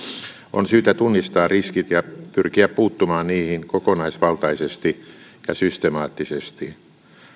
on syytä tunnistaa riskit ja pyrkiä puuttumaan niihin kokonaisvaltaisesti ja systemaattisesti